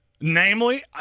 Namely